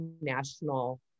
national